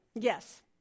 Yes